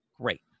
great